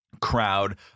crowd